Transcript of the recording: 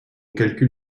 calcul